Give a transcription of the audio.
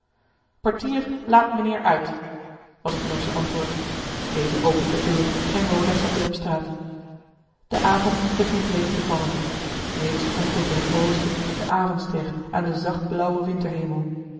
portier laat mijnheer uit was het norsche antwoord deze opent de deur en roda staat weer op straat de avond begint reeds te vallen reeds fonkelt in het oosten de avondster aan den zachtblauwen